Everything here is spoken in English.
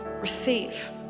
receive